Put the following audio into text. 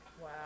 Wow